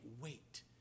wait